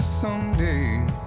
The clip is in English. Someday